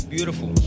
Beautiful